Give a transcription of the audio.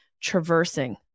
traversing